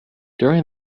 during